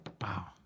Wow